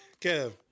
kev